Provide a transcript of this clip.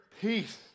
peace